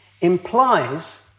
implies